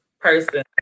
person